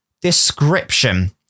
description